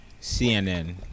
CNN